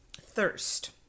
thirst